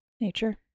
nature